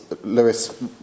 Lewis